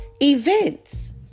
events